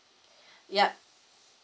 ya